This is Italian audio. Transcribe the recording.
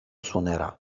suonerà